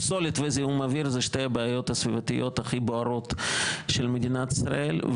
פסולת וזיהום אוויר אלה שתי הבעיות הסביבתיות הכי בוערת של מדינת ישראל.